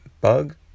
bug